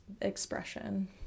expression